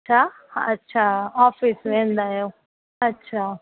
छा अच्छा ऑफिस वेंदा आहियो अच्छा